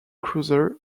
cruiser